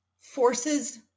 forces